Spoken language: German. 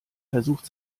versucht